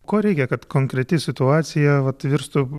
ko reikia kad konkreti situacija vat virstų